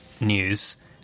news